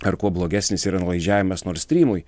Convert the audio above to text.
ar kuo blogesnis yra nuolaidžiavimas nordstrymui